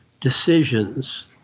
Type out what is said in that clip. decisions